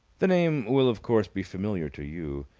the name will, of course, be familiar to you.